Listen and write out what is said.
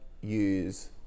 use